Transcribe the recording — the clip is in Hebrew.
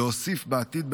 להוסיף בעתיד,